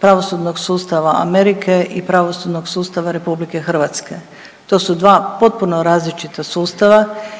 pravosudnog sustava Amerike i pravosudnog sustava RH. To su dva potpuno različita sustava